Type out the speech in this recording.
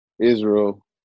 Israel